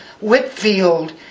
Whitfield